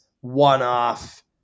one-off